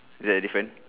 is there a different